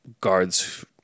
guards